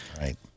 right